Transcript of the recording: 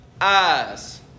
eyes